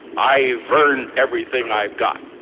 i've earned everything i've got.